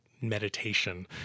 meditation